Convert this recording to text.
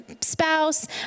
spouse